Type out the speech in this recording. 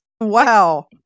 Wow